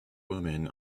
woman